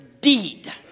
deed